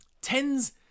tens